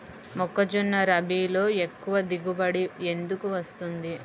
మొక్కజొన్న రబీలో ఎక్కువ దిగుబడి ఎందుకు వస్తుంది?